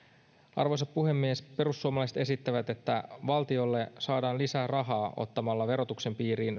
arvoisa puhemies perussuomalaiset esittävät että valtiolle saadaan lisää rahaa ottamalla verotuksen piiriin